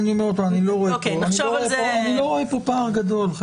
אני לא רואה כאן פער גדול.